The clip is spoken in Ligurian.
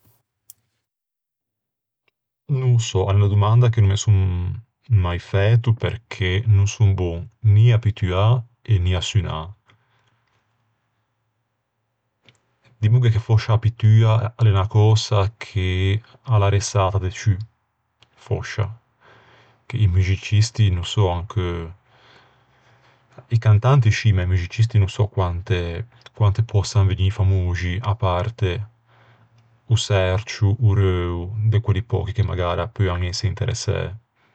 No ô sò, a l'é unna domanda che no me son mai fæto perché no son bon ni à pittuâ ni à sunnâ. Dimmoghe che fòscia a pittua a l'é unna cösa che a l'arresata de ciù, fòscia. I muxicisti no sò ancheu... I cantanti scì, ma i muxicisti no sò quante-quante pòssan vegnî famoxi à parte o çercio, o reuo de quelli pöchi che magara peuan ëse interessæ.